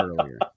earlier